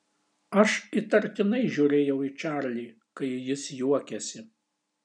aš įtartinai žiūrėjau į čarlį kai jis juokėsi